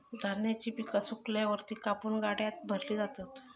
धान्याची पिका सुकल्यावर ती कापून गाड्यात भरली जातात